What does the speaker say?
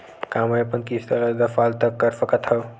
का मैं अपन किस्त ला दस साल तक कर सकत हव?